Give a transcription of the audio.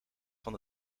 van